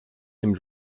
dem